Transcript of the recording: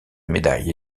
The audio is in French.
médaille